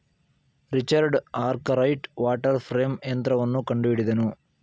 Richard Arkwright water frame ಯಂತ್ರವನ್ನು ಕಂಡುಹಿಡಿದನು